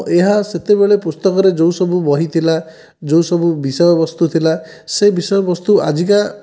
ଏହା ସେତେବେଳେ ପୁସ୍ତକରେ ଯେଉଁସବୁ ବହି ଥିଲା ଯେଉଁସବୁ ବିଷୟବସ୍ତୁ ଥିଲା ସେ ବିଷୟବସ୍ତୁ ଆଜିକା